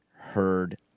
heard